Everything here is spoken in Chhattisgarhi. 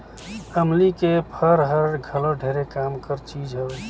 अमली के फर हर घलो ढेरे काम कर चीज हवे